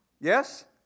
Yes